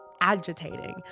agitating